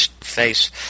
face